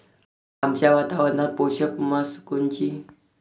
आमच्या वातावरनात पोषक म्हस कोनची?